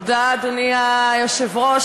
אדוני היושב-ראש,